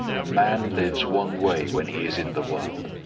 a man lives one way when he is in the world,